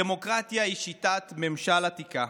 דמוקרטיה היא שיטת ממשל עתיקה